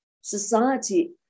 society